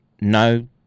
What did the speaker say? no